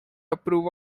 approve